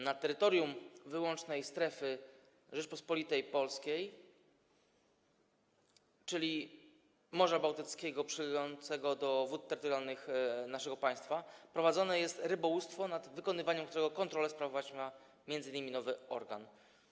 Na terytorium wyłącznej strefy Rzeczypospolitej Polskiej, czyli obszarze Morza Bałtyckiego przylegającego do wód terytorialnych naszego państwa, prowadzone jest rybołówstwo, nad wykonywaniem którego kontrolę sprawować ma m.in. nowy organ.